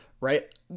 right